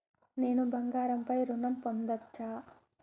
నేను బంగారం పై ఋణం పొందచ్చా?